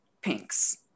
pinks